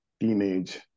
teenage